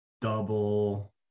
double